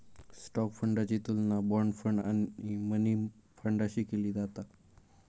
stock फंडाची तुलना bond fund आणि मनी फंडाशी केली जाता